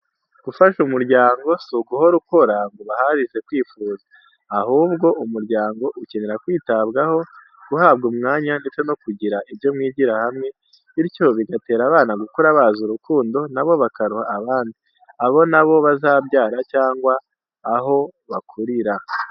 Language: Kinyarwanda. Gufasha umuryango si uguhora ukora ngo ubahazirize kwifuza, ahubwo umuryango ukenera kwitabwaho, guhabwa umwanya ndetse no kugira ibyo mwigira hamwe, bityo bigatera abana gukura bazi urukundo na bo bakaruha abandi, abo na bo bazabyara cyangwa aho bakurira.